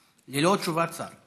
הולכי רגל אזרחים ותיקים הינם הפקר,